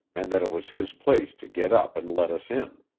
and that it was his place to get up and let us in.